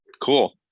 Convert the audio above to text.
Cool